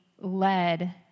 led